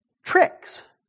Tricks